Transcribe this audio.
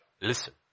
Listen